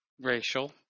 racial